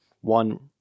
one